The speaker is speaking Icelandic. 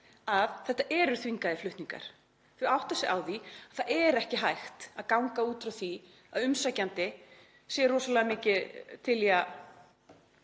að þetta eru þvingaðir flutningar. Þau átta sig á því að það er ekki hægt að ganga út frá því að umsækjandi sé rosalega mikið til í að